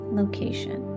location